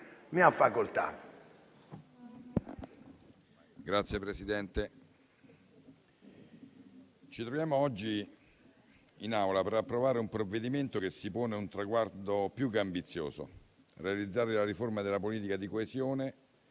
Ne ha facoltà.